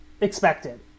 expected